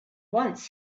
once